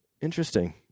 Interesting